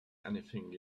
anything